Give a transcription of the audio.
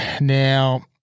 Now